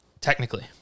technically